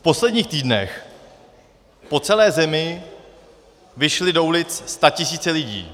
V posledních týdnech po celé zemi vyšly do ulic statisíce lidí.